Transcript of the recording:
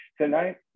tonight